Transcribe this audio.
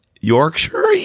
Yorkshire